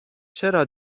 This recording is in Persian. چرا